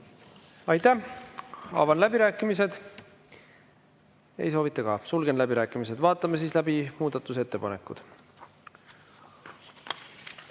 soovita. Avan läbirääkimised. Ei soovita ka. Sulgen läbirääkimised. Vaatame läbi muudatusettepanekud.